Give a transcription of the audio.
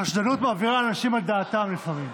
החשדנות מעבירה אנשים על דעתם לפעמים.